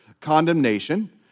condemnation